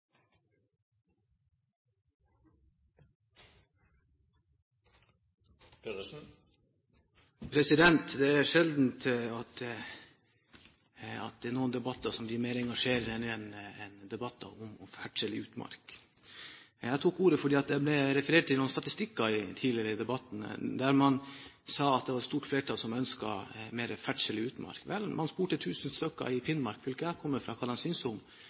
ikke. Det er sjelden det er debatter som er mer engasjerende enn debatter om ferdsel i utmark. Jeg tok ordet fordi det ble referert til noen statistikker tidligere i debatten, der man sa at det var et stort flertall som ønsket mer ferdsel i utmark. Vel, man spurte 1 000 stykker i Finnmark, fylket jeg kommer fra, hva de syntes om